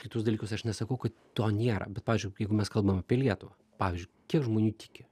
kitus dalykus aš nesakau kad to nėra bet pavyzdžiui jeigu mes kalbam apie lietuvą pavyzdžiui kiek žmonių tiki